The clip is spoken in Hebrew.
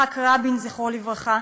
כן, זיכרונו לברכה.